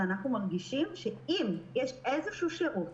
אנחנו מרגישים שאם יש איזשהו שירות,